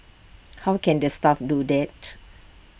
how can the staff do that